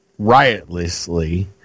riotlessly